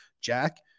Jack